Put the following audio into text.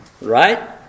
right